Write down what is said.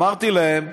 אמרתי להם: